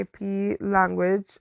language